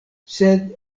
sed